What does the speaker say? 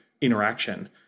interaction